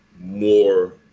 more